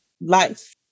Life